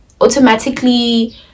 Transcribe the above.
automatically